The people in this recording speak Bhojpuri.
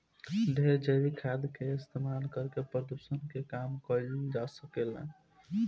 ढेरे जैविक खाद के इस्तमाल करके प्रदुषण के कम कईल जा सकेला